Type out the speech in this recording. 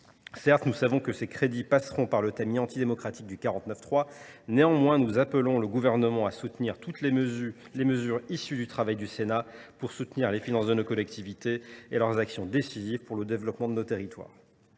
Certes, nous savons que ces crédits passeront par le tamis antidémocratique de l’article 49.3. Néanmoins, nous appelons le Gouvernement à appuyer toutes les mesures issues du travail du Sénat visant à soutenir les finances des collectivités et leurs actions décisives pour le développement de nos territoires.